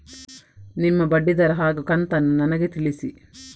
ನಿಮ್ಮ ಬಡ್ಡಿದರ ಹಾಗೂ ಕಂತನ್ನು ನನಗೆ ತಿಳಿಸಿ?